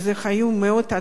והיו מאות אנשים,